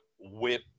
Whip